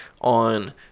on